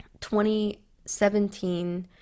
2017